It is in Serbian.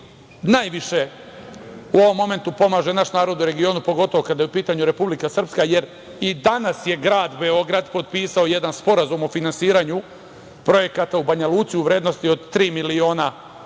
najviše u ovom momentu pomaže naš narod u regionu, pogotovo kada je u pitanju Republika Srpska. Jer, i danas je grad Beograd potpisao jedan sporazum o finansiranju projekata u Banja Luci u vrednostima od tri miliona evra,